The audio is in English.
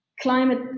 climate